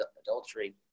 adultery